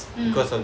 mm